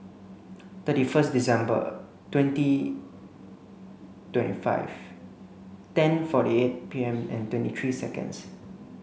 thirty first December twenty twenty five ten forty eight P M and twenty three seconds